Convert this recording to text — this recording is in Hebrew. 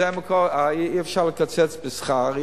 אי-אפשר לקצץ בשכר,